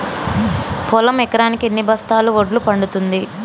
పొలం ఎకరాకి ఎన్ని బస్తాల వడ్లు పండుతుంది?